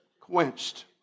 quenched